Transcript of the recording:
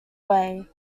way